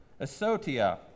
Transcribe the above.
asotia